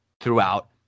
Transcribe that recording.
Throughout